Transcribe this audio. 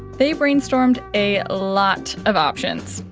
they brainstormed a lot of options.